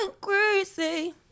crazy